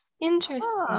Interesting